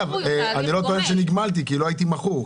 אני לא טוען שנגמלתי כי לא הייתי מכור,